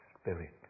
spirit